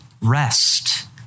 rest